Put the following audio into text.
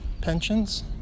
pensions